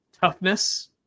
toughness